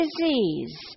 disease